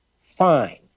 fine